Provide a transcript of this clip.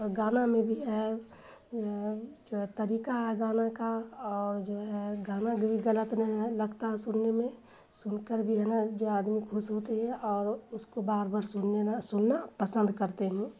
اور گانا میں بھی ہے جو ہے طریقہ ہے گانا کا اور جو ہے گانا کبھی غلط نہیں ہے لگتا ہے سننے میں سن کر بھی ہے نا جو آدمی خوش ہوتی ہے اور اس کو بار بار سننے نا سننا پسند کرتے ہیں